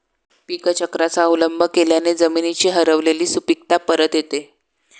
पीकचक्राचा अवलंब केल्याने जमिनीची हरवलेली सुपीकता परत येते